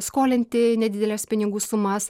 skolinti nedideles pinigų sumas